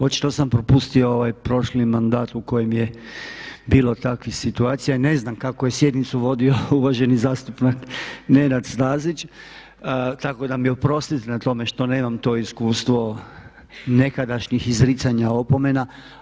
Očito sam propustio ovaj prošli mandat u kojem je bilo takvih situacija i ne znam kako je sjednicu vodio uvaženi zastupnik Nenad Stazić tako da mi oprostite na tome što nemam to iskustvo, nekadašnjih izricanja opomena.